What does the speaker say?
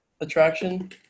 attraction